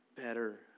Better